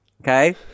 Okay